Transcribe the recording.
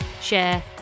share